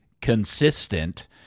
consistent